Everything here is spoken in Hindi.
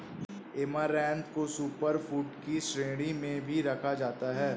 ऐमारैंथ को सुपर फूड की श्रेणी में भी रखा जाता है